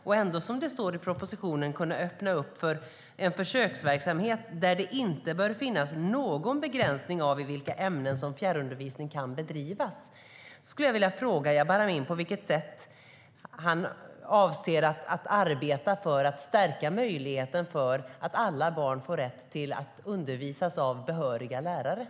Ändå ska man, som det står i propositionen, öppna för försöksverksamhet där det inte bör finnas någon begränsning av i vilka ämnen som fjärrundervisning kan bedrivas. Jag vill fråga Jabar Amin på vilket sätt han avser att arbeta för att stärka möjligheten för alla barn att få rätt till undervisning av behöriga lärare.